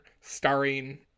starring